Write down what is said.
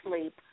sleep